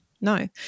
No